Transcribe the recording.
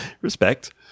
Respect